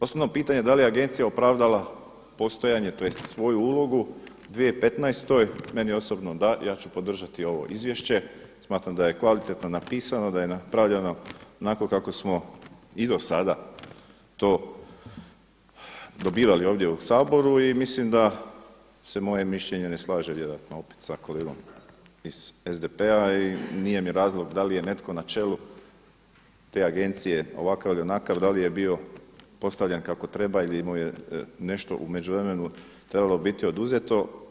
Osnovno pitanje da li je Agencija opravdala postojanje, tj. svoju ulogu, 2015. meni osobno da, ja ću podržati ovo izvješće, smatram da je kvalitetno napisano, da je napravljeno onako kako smo i do sada to dobivali ovdje u Saboru i mislim da se moje mišljenje ne slaže opet sa kolegom iz SDP-a i nije mi razlog da li je netko na čelu te Agencije ovakav ili onakav, da li je bio postavljen kako treba ili je imao nešto u međuvremenu, trebalo biti oduzeto.